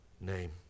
name